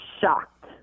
shocked